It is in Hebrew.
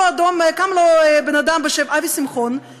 קם לו בן אדם בשם אבי שמחון,